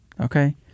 Okay